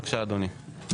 בבקשה, אדוני.